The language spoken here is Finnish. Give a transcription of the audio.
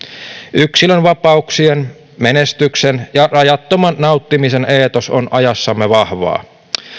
yksilönvapauksien menestyksen ja rajattoman nauttimisen eetos on ajassamme vahvaa